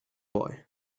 boy